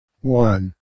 one